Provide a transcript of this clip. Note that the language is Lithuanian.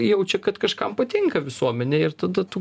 jaučia kad kažkam patinka visuomenėj ir tada tu